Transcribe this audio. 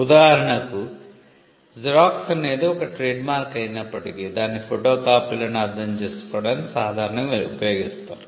ఉదాహరణకు జిరాక్స్ అనేది ఒక ట్రేడ్మార్క్ అయినప్పటికీ దాన్ని ఫోటోకాపీలను అర్థం చేసుకోవడానికి సాధారణంగా ఉపయోగిస్తారు